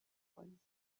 کنید